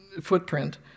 footprint